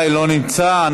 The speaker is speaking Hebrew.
חבר הכנסת עיסאווי.